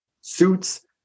suits